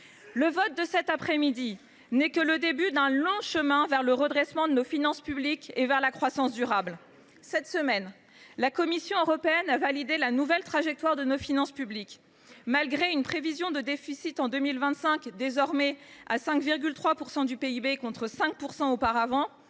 Le vote de cette après midi n’est que le début d’un long chemin vers le redressement de nos finances publiques et la croissance durable. Cette semaine, la Commission européenne a validé la nouvelle trajectoire de nos finances publiques. Malgré une prévision de déficit en 2025 qui est désormais de 5,3 % du PIB, contre 5 % auparavant,